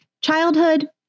Childhood